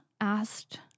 asked